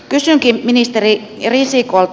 kysynkin ministeri risikolta